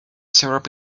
syrup